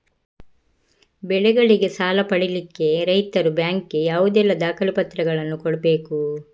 ಬೆಳೆಗಳಿಗೆ ಸಾಲ ಪಡಿಲಿಕ್ಕೆ ರೈತರು ಬ್ಯಾಂಕ್ ಗೆ ಯಾವುದೆಲ್ಲ ದಾಖಲೆಪತ್ರಗಳನ್ನು ಕೊಡ್ಬೇಕು?